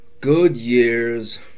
Goodyear's